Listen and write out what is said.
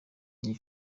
iyi